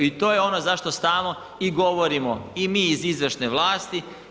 I to je ono zašto stalo i govorimo i mi iz izvršne vlasti.